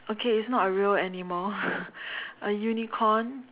okay it's not a real animal a unicorn